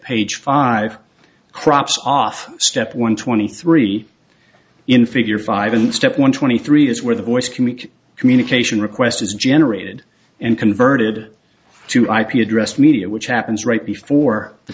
page five crops off step one twenty three in figure five in step one twenty three is where the voice can be a communication request is generated and converted to ip address media which happens right before the